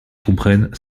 comprennent